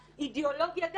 מהאידיאולוגיה,